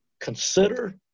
Consider